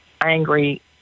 angry